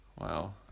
Wow